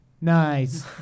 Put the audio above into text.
Nice